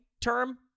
term